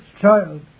child